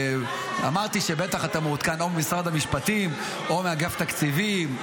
אמרתי שבטח אתה מעודכן או ממשרד המשפטים או מאגף תקציבים.